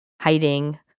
hiding